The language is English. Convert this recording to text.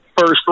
first